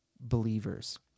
believers